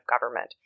government